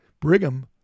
Brigham